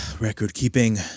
record-keeping